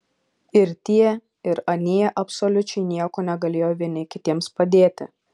ir tie ir anie absoliučiai nieko negalėjo vieni kitiems padėti